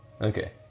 Okay